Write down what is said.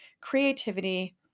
creativity